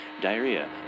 diarrhea